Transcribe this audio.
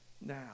now